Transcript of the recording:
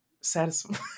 satisfying